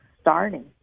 starting